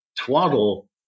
twaddle